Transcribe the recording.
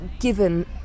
given